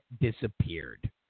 disappeared